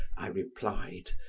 i replied.